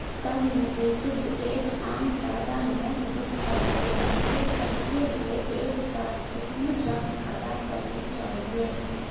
تب مجھے صرف ایک عام سادہ نوٹ بک چاہیے مجھے سب کے لیے ایک ساتھ کتنی رقم ادا کرنی چاہیے